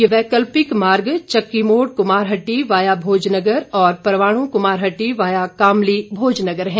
ये वैकल्पिक मार्ग चक्की मोड़ कुमारहट्टी वाया भोजनगर और परवाणु कुमारहट्टी वाया कामली भोजनगर है